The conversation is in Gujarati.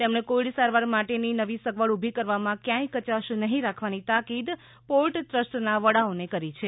તેમણે કોવિડ સારવાર માટેની નવી સગવડ ઊભી કરવામાં ક્યાય કચાશ નહીં રાખવાની તાકીદ પોર્ટ ટ્રસ્ટ ના વડાઓ ને કરી છે